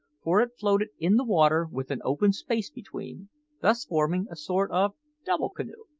for it floated in the water with an open space between thus forming a sort of double canoe.